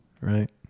Right